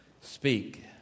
speak